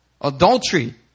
Adultery